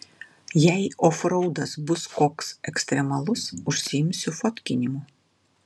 jei ofraudas bus koks ekstremalus užsiimsiu fotkinimu